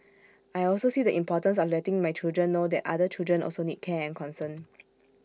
I also see the importance of letting my children know that other children also need care and concern